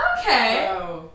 Okay